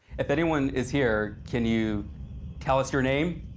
if anyone is here, can you tell us your name?